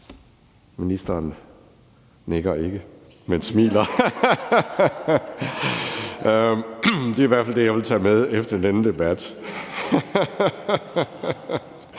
Ministeren nikker ikke, men smiler. Det er i hvert fald det, jeg vil tage med efter denne debat.